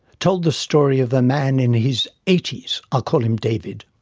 told the story of a man in his eighty s. i'll call him david.